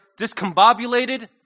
discombobulated